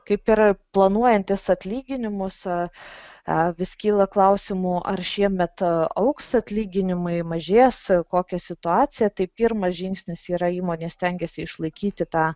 kaip ir planuojantys atlyginimus sakė vis kyla klausimų ar šiemet augs atlyginimai mažės kokia situacija tai pirmas žingsnis yra įmonė stengiasi išlaikyti tą